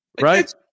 Right